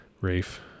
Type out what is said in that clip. Rafe